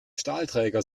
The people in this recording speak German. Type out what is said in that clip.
stahlträger